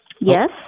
Yes